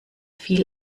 viel